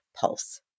pulse